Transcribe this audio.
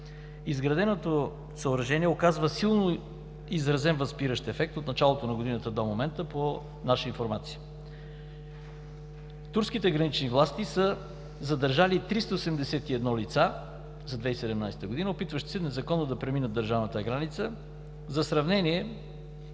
Изграденото съоръжение оказва силно изразен възпиращ ефект от началото на годината до момента, по наша информация. Турските гранични власти са задържали 381 лица за 2017 г., опитващи се незаконно да преминат държавната граница. За сравнение